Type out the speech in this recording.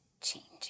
changing